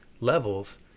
levels